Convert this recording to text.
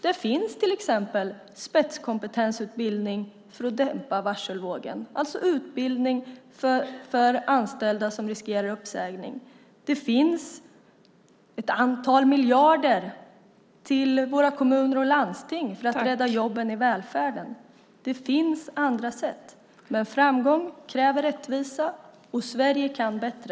Det finns exempelvis spetskompetensutbildning för att dämpa varselvågen, alltså utbildning för anställda som riskerar uppsägning. Det finns ett antal miljarder till våra kommuner och landsting för att rädda jobben och välfärden. Det finns andra sätt, men framgång kräver rättvisa. Sverige kan bättre.